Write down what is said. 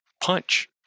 punch